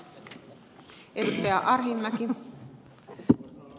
arvoisa puhemies